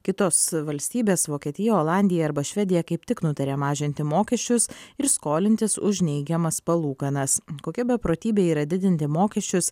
kitos valstybės vokietija olandija arba švedija kaip tik nutarė mažinti mokesčius ir skolintis už neigiamas palūkanas kokia beprotybė yra didinti mokesčius